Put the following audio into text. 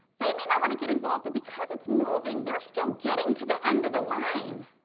they may not want to get involved. but, because it's moving, they're still getting to the end of the line,